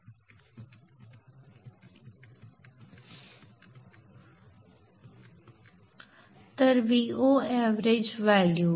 हे काहीही नाही तर Vo एव्हरेज मूल्य